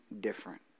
different